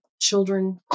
children